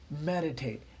meditate